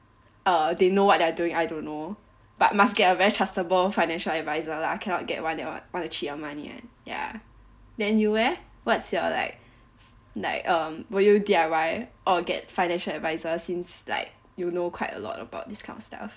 uh they know what they're doing I don't know but must get a very trustable financial adviser lah cannot get one that would want to cheat your money one ya then you leh what's your like uh would you D_I_Y or get financial adviser since like you know quite a lot about this kind of stuff